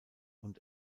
und